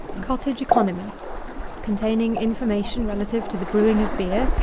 cottage economy containing information relative to the brewing of beer,